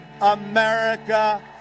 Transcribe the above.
America